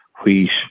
Wheat